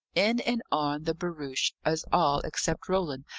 in and on the barouche, as all, except roland,